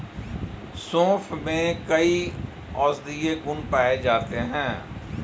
सोंफ में कई औषधीय गुण पाए जाते हैं